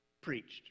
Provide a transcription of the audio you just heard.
preached